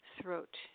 throat